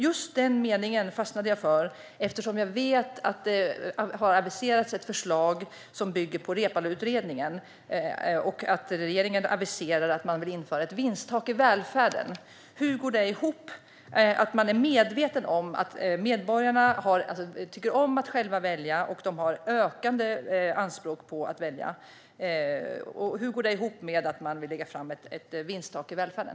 Just den meningen fastnade jag för, eftersom jag vet att det har aviserats ett förslag som bygger på Reepaluutredningen. Regeringen aviserar att man vill införa ett vinsttak i välfärden. Hur går det ihop med att man är medveten om att medborgarna tycker om att själva välja och att de har ökande anspråk på att välja? Hur går det ihop med att man vill lägga fram förslag om ett vinsttak i välfärden?